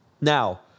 Now